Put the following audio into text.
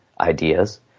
ideas